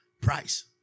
Price